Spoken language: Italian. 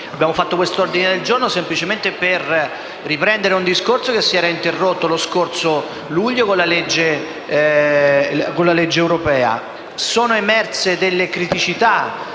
abbiamo presentato l'ordine del giorno G100 per riprendere un discorso che si era interrotto lo scorso luglio con la legge europea. Sono emerse delle criticità